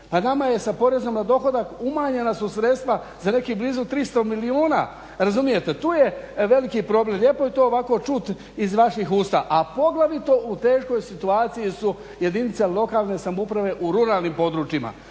Nama je, sa porezom na dohodak, umanjena su sredstva za nekih blizu 300 milijuna, razumijte, tu je veliki problem. Lijepo je to ovako čuti iz vaših usta, a poglavito u teškoj situaciji su jedinice lokalne samouprave u ruralnim područjima